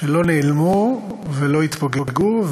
שלא נעלמו, ולא התפוגגו,